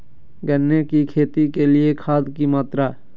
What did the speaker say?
गन्ने की खेती के लिए खाद की मात्रा?